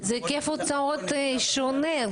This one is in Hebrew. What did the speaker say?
זה היקף הוצאות שונה.